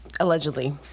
Allegedly